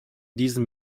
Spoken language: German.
diesen